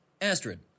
Astrid